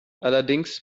allerdings